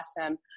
awesome